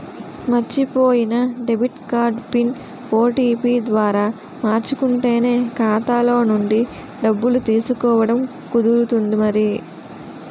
మర్చిపోయిన debit card PIN, OTP ద్వారా మార్చుకుంటేనే ఖాతాలో నుండి డబ్బులు తీసుకోవడం కుదురుతుంది మరి